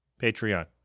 Patreon